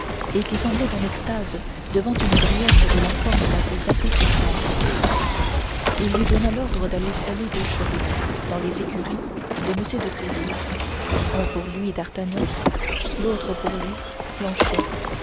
et qui semblait en extase devant une brioche de la forme la plus appétissante il lui donna l'ordre d'aller seller deux chevaux dans les écuries de m de tréville un pour lui d'artagnan l'autre pour lui planchet